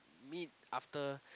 meet after